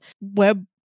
web